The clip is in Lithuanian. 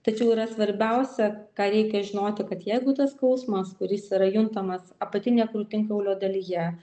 tačiau yra svarbiausia ką reikia žinoti kad jeigu tas skausmas kuris yra juntamas apatinėje krūtinkaulio dalyje